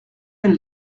elle